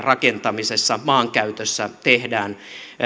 rakentamisessa maankäytössä tehdään